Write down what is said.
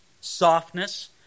softness